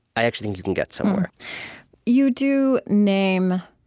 i actually think you can get somewhere you do name